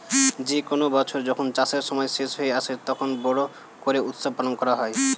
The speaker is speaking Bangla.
যে কোনো বছর যখন চাষের সময় শেষ হয়ে আসে, তখন বড়ো করে উৎসব পালন করা হয়